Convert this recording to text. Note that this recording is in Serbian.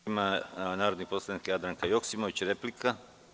Reč ima narodna poslanica Jadranka Joksimović, replika.